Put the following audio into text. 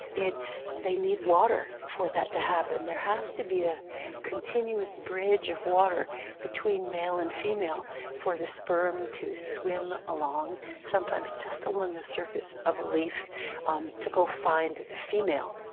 they need water for that to happen. there has to be a continuous bridge of water between male and female for the sperm to swim along sometimes just along the surface of a leaf um to go find the female.